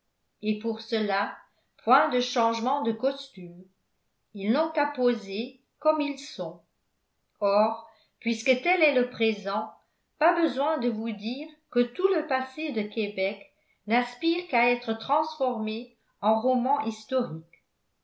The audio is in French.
et pour cela point de changement de costume ils n'ont qu'à poser comme ils sont or puisque tel est le présent pas besoin de vous dire que tout le passé de québec n'aspire qu'à être transformé en romans historiques